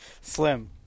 Slim